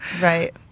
Right